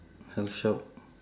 health shop